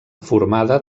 formada